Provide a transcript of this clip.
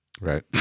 right